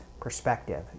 perspective